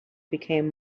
became